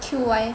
Q_Y